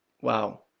wow